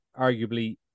arguably